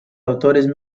autores